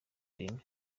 ireme